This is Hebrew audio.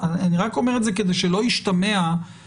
אני רק אומר את זה כדי שלא ישתמע שבהכרח